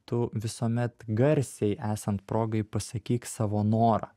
tu visuomet garsiai esant progai pasakyk savo norą